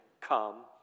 come